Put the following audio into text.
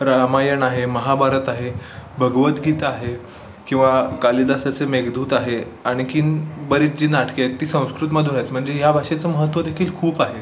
रामायण आहे महाभारत आहे भगवद्गीता आहे किंवा कालिदासाचे मेघदूत आहे आणखीन बरीच जी नाटके आहेत ती संस्कृतमधून आहेत म्हणजे या भाषेचं महत्त्व देखील खूप आहे